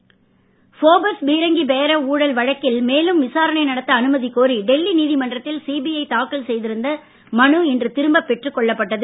Bofors பீரங்கி பேர ஊழல் வழக்கில் மேலும் விசாரணை நடத்த அனுமதிக்கோரி டெல்லி நீதிமன்றத்தில் சிபிஐ தாக்கல் செய்திருந்த மனு இன்று திரும்ப பெற்று கொள்ளப்பட்டது